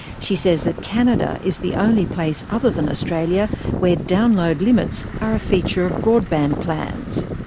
she says that canada is the only place other than australia where download limits are a feature of broadband plans.